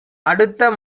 அடுத்த